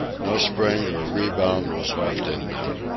no spring or rebound was left in them.